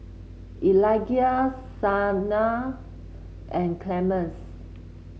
Eligah Sumner and Clemence